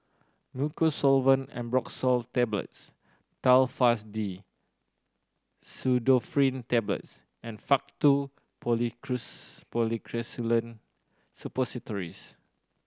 Mucosolvan Ambroxol Tablets Telfast D Pseudoephrine Tablets and Faktu Policresulen Suppositories